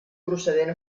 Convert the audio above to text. procedent